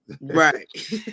Right